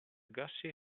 gussie